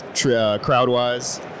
crowd-wise